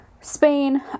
Spain